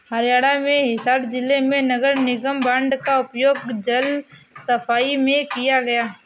हरियाणा में हिसार जिले में नगर निगम बॉन्ड का उपयोग जल सफाई में किया गया